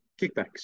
kickbacks